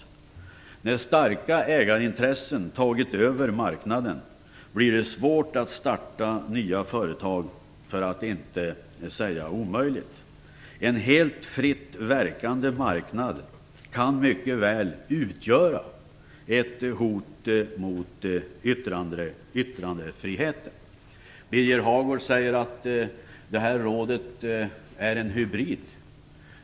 När starka ägarintressen tagit över marknaden blir det svårt för att inte säga omöjligt att starta nya företag. En helt fritt verkande marknad kan mycket väl utgöra ett hot mot yttrandefriheten. Birger Hagård säger att rådet är en hybrid.